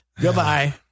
Goodbye